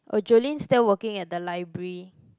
oh Jolene still working at the library